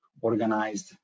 organized